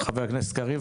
חבר הכנסת קריב,